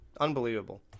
unbelievable